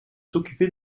s’occuper